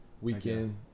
weekend